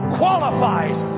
qualifies